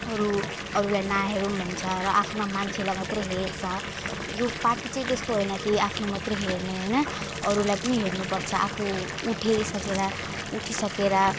अरू अरूलाई नहेरौँ भन्छ र आफ्ना मान्छेलाई मात्र हेर्छ यो पार्टी चाहिँ त्यस्तो होइन कि आफ्नो मात्र हेर्ने होइन अरूलाई पनि हेर्नु पर्छ आफू उठिसकेर उठिसकेर